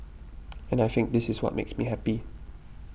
and I think this is what makes me happy